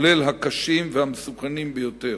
גם הקשים והמסוכנים ביותר.